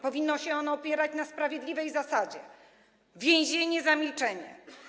Powinno się ono opierać na sprawiedliwej zasadzie: więzienie za milczenie.